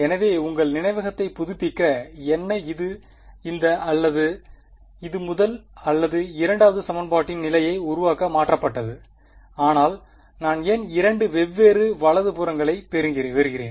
எனவே உங்கள் நினைவகத்தை புதுப்பிக்க என்ன இது இந்த அல்லது இது முதல் அல்லது இரண்டாவது சமன்பாட்டின் நிலையை உருவாக்க மாற்றப்பட்டது ஆனால் நான் ஏன் இரண்டு வெவ்வேறு வலது புறங்களை பெறுகிறேன்